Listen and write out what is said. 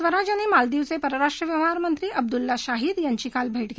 स्वराज यांनी मालदीवचे परराष्ट्र व्यवहार मंत्री अबदुल्ला शाहीद यांची काल भेट घेतली